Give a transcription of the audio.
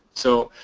so